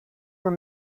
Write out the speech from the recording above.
were